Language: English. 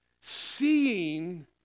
Seeing